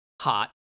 Hot